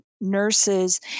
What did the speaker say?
nurses